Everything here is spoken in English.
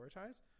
prioritize